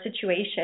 situation